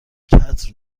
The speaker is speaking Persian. چتر